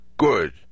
good